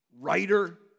Writer